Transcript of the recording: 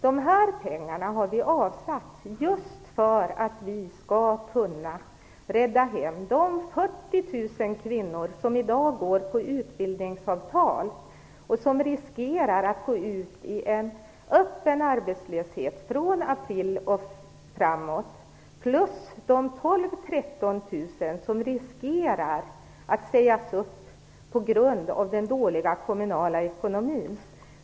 De här pengarna har vi avsatt just för att vi skall kunna rädda hem de 40 000 kvinnor som i dag går på utbildningsavtal och som riskerar att gå ut i öppen arbetslöshet från april och framåt, därtill de 12 000 - 13 000 som riskerar att sägas upp på grund av den dåliga kommunala ekonomin.